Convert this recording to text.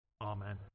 Amen